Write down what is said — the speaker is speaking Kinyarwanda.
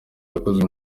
yakozwe